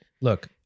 Look